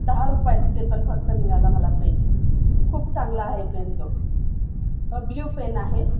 दहा रुपयात ते पण फक्त मिळाला मला पेन खूप चांगला आहे पेन तो ब्ल्यू पेन आहे